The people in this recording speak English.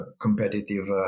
competitive